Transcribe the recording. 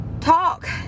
talk